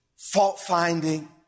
Fault-finding